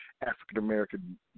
African-American